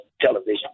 television